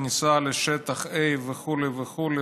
כניסה לשטח A וכו' וכו',